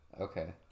okay